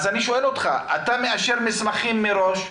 אז אני שואל אותך: אתה מאשר מסמכים מראש,